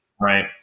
right